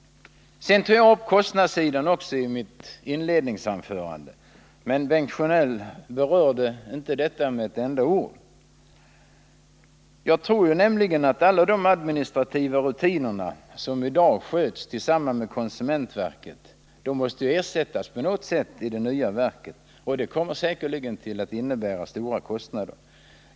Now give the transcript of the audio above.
Jag tog i mitt inledningsanförande upp kostnadsaspekten, men Bengt Sjönell berörde inte denna med ett enda ord. Jag tror att det säkerligen kommer att innebära stora kostnader, när alla de administrativa rutiner som i dag sköts av konsumentverket skall flyttas över till och skötas av det nya verket.